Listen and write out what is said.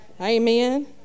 Amen